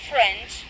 French